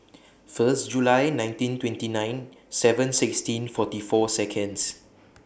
First July nineteen twenty nine seven sixteen forty four Seconds